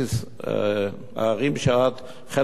שחלק מהערים,